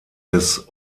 des